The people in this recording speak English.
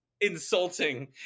insulting